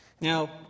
Now